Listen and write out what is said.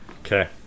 Okay